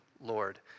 Lord